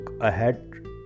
ahead